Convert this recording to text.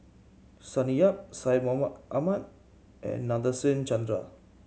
Sonny Yap Syed Mohamed Ahmed and Nadasen Chandra